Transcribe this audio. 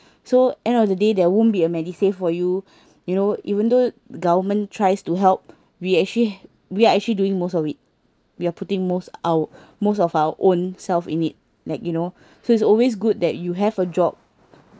so end of the day there won't be a medisave for you you know even though government tries to help we actually we are actually doing most of it we are putting most our most of our own self in it like you know so it's always good that you have a job